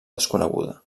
desconeguda